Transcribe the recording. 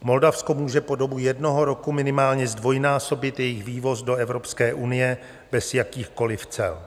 Moldavsko může po dobu jednoho roku minimálně zdvojnásobit jejich vývoz do Evropské unie bez jakýchkoli cel.